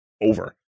Over